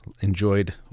enjoyed